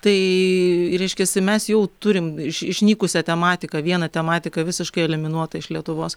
tai reiškiasi mes jau turim išnykusią tematiką vieną tematiką visiškai eliminuotą iš lietuvos